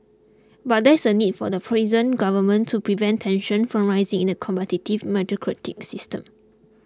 but there is a need for the present government to prevent tensions from rising in the competitive meritocratic system